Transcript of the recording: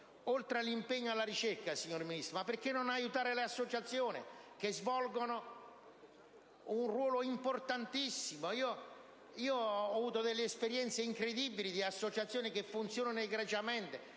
oltre all'impegno alla ricerca, signor Ministro, perché non aiutare le associazioni, che svolgono un ruolo importantissimo? Ho vissuto esperienze incredibili con associazioni di alcune Regioni che funzionano egregiamente